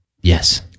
Yes